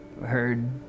heard